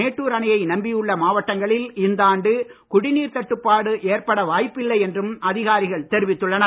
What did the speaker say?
மேட்டூர் அணையை நம்பியுள்ள மாவட்டங்களில் இந்தாண்டு குடிநீர் தட்டுப்பாடு ஏற்பட வாய்ப்பில்லை என்றும் அதிகாரிகள் தெரிவித்துள்ளனர்